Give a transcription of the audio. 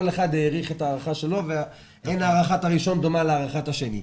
כל אחד העריך את ההערכה שלו ואין הערכת הראשון דומה להערכת השני.